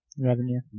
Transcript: Revenue